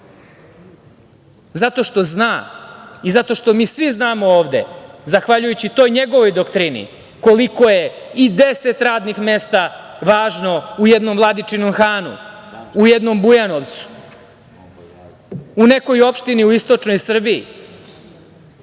Zato što zna i zato što mi svi znamo ovde, zahvaljujući toj njegovoj doktrini koliko je i 10 radnih mesta važno u jednom Vladičinom Hanu, u jednom Bujanovcu, u nekoj opštini u istočnoj Srbiji,